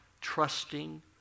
trusting